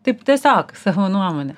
taip tiesiog savo nuomonę